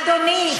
אדוני,